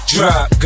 Drop